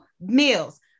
meals